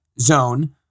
zone